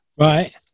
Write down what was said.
Right